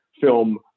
film